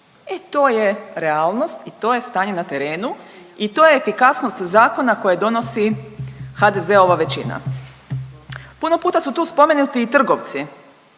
E to je realnost i to je stanje na terenu i to je efikasnost zakona koje donosi HDZ-ova većina. Puno puta su tu spomenuti i trgovci.